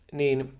niin